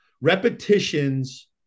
repetitions